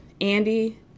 Andy